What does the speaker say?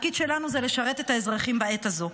התפקיד שלנו הוא לשרת את האזרחים בעת הזו.